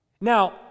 Now